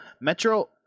Metro